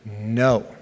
No